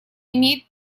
имеет